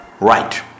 right